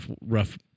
rough